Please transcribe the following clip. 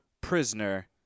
Prisoner